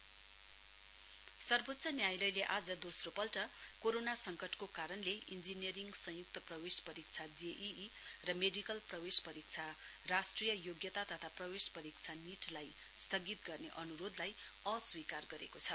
SC JEE NEET सर्वोच्च न्यायालयले आज दोस्रो पल्ट कोरोना सङ्कटको कारणले इञ्जिनियरिङ संयुक्त प्रवेश परीक्षा जेईई र मेडिकल प्रवेश परीक्षा राष्ट्रिय योग्यता तथा प्रवेश परीक्षा नीटलाई स्थगित गर्ने अनुरोधलाई अस्वीकार गरेको छ